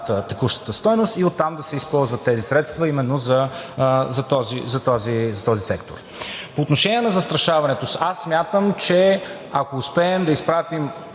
текущата стойност и оттам да се използват тези средства именно за този сектор. По отношение на застрашаването. Аз смятам, че ако успеем да изпратим